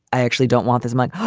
i actually don't want this my.